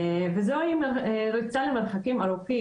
וזוהי ריצה למרחקים ארוכים.